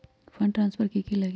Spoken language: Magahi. फंड ट्रांसफर कि की लगी?